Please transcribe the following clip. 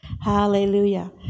Hallelujah